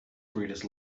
greatest